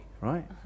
right